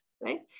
Right